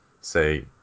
say